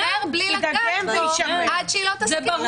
יישמר בלי לגעת בזה עד שהיא לא תסכים.